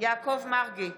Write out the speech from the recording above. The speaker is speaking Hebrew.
יעקב מרגי,